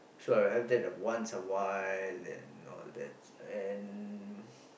so I have that like once a while and all that and